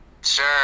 sure